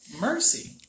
Mercy